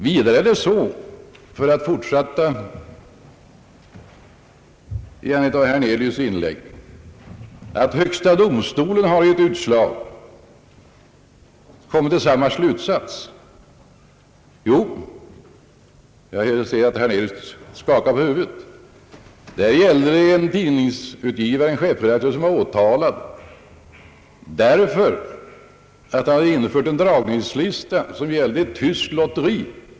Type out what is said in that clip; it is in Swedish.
Vidare är det så — för att fortsätta i anledning av herr Hernelius inlägg — att högsta domstolen i ett utslag har kommit till samma slutsats. Jag ser att herr Hernelius skakar på huvudet, men det är faktiskt riktigt. En tidningsutgivare, chefredaktör, var åtalad därför att han infört en dragningslista som gällde ett tyskt lotteri.